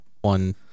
one